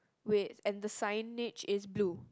wait and the signage is blue